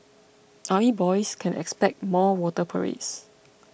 army boys can expect more water parades